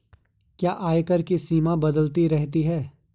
क्या आयकर की सीमा बदलती रहती है?